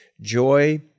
joy